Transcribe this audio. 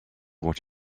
what